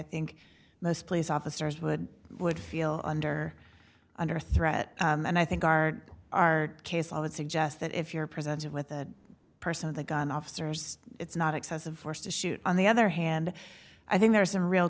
think most places officers would would feel under under threat and i think our our case i would suggest that if you're presented with a person the gun officers it's not excessive force to shoot on the other hand i think there are some real